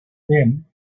then